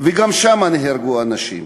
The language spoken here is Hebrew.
וגם שם נהרגו אנשים.